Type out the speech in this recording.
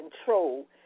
control